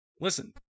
Listen